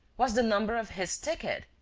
was the number of his ticket!